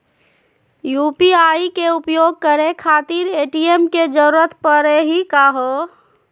UPI के उपयोग करे खातीर ए.टी.एम के जरुरत परेही का हो?